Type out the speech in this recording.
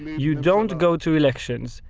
you don't go to elections.